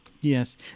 Yes